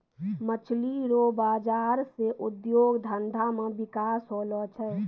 मछली रो बाजार से उद्योग धंधा मे बिकास होलो छै